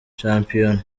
shampiona